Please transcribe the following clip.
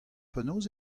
penaos